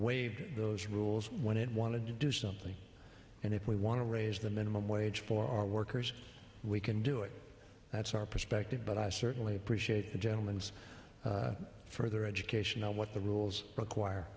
waive those rules when it wanted to do something and if we want to raise the minimum wage for our workers we can do it that's our perspective but i certainly appreciate the gentleman's further education of what the rules require